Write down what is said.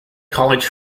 college